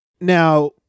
Now